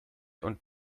und